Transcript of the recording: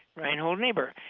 reinhold niebuhr.